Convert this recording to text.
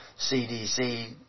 CDC